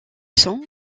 son